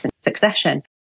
succession